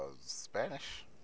Spanish